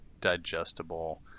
digestible